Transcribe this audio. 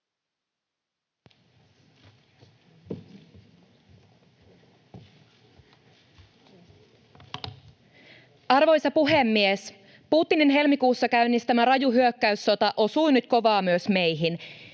Arvoisa puhemies! Putinin helmikuussa käynnistämä raju hyökkäyssota osuu nyt kovaa myös meihin.